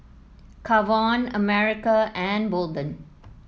Kavon America and Bolden